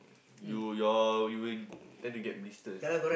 you your you will tend to get blisters